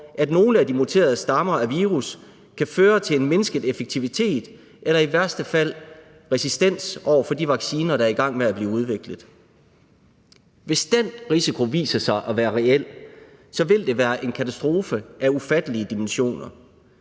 at nogle af de muterede stammer af virus kan føre til en mindsket effektivitet eller i værste fald resistens over for de vaccinationer, der er i gang med at blive udviklet. Hvis den risiko viser sig at være reel, vil det være en katastrofe af ufattelige dimensioner.